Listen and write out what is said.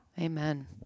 amen